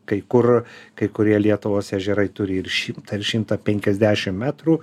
kai kur kai kurie lietuvos ežerai turi ir šimtą ir šimtą penkiasdešim metrų